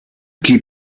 qui